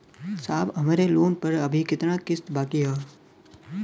साहब हमरे लोन पर अभी कितना किस्त बाकी ह?